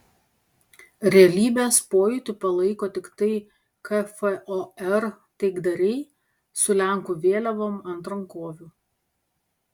realybės pojūtį palaiko tiktai kfor taikdariai su lenkų vėliavom ant rankovių